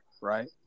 right